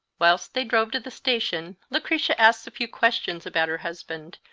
whilst they drove to the station lucretia asked a few questions about her husband,